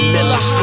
Miller